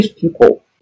people